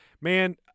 man